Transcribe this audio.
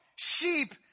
sheep